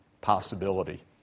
possibility